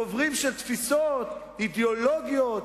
דוברים של תפיסות אידיאולוגיות,